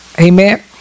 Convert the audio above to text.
Amen